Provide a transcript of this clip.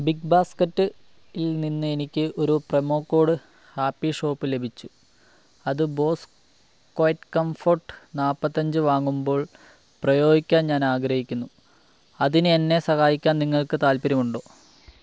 big ബാസ്ക്കറ്റിൽ നിന്ന് എനിക്ക് ഒരു പ്രെമോ കോഡ് ഹാപ്പി ഷോപ്പ് ലഭിച്ചു അത് ബോസ് ക്വയറ്റ്കംഫർട്ട് നാൽപ്പത്തി അഞ്ച് വാങ്ങുമ്പോൾ പ്രയോഗിക്കാൻ ഞാൻ ആഗ്രഹിക്കുന്നു അതിന് എന്നെ സഹായിക്കാൻ നിങ്ങൾക്ക് താൽപ്പര്യമുണ്ടോ